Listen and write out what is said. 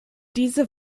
diese